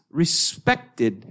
respected